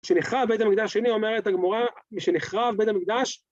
משנחרב בית המקדש שני, אומרת הגמרא, משנחרב בית המקדש